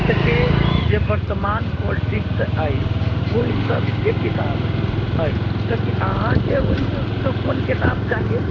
के जे वर्तमान पोल्टिक्स अछि ओहि सभके किताब अइ अछि तऽ कि अहाँकेँ ओहिमेसँ कोन किताब चाही